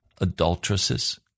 adulteresses